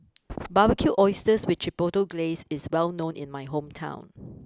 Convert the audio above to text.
Barbecued Oysters with Chipotle Glaze is well known in my hometown